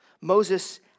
Moses